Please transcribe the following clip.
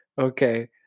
Okay